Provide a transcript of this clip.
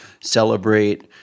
celebrate